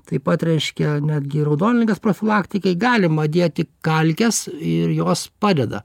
taip pat reiškia netgi raudonligės profilaktikai galima dėti kalkes ir jos padeda